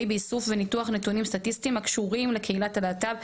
באיסוף וניתוח נתונים סטטיסטיים הקשורים לקהילת הלהט"ב.